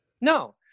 No